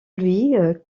louis